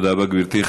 תודה רבה, גברתי.